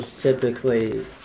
typically